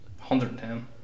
110